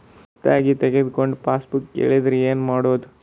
ಹೊಸದಾಗಿ ತೆಗೆದುಕೊಂಡ ಪಾಸ್ಬುಕ್ ಕಳೆದರೆ ಏನು ಮಾಡೋದು?